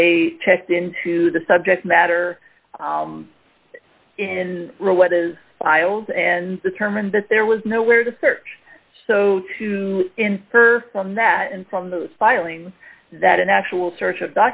they checked into the subject matter in what is filed and determined that there was nowhere to search so to infer from that and from the filing that an actual search of